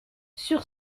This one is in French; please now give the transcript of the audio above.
sur